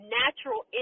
natural